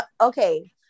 okay